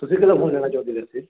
ਤੁਸੀਂ ਕਿਹੜਾ ਫੋਨ ਲੈਣਾ ਚਾਹੁੰਦੇ ਨੇ